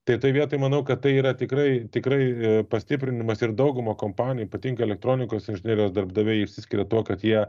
tai toj vietoj manau kad tai yra tikrai tikrai pastiprinimas ir dauguma kompanijų ypatingai elektronikos inžinerijos darbdaviai išsiskiria tuo kad jie